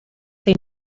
they